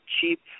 cheap